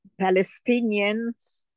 Palestinians